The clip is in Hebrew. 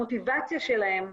המוטיבציה שלהם,